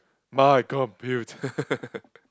my computer